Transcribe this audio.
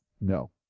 No